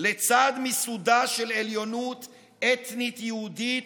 לצד מיסודה של עליונות אתנית יהודית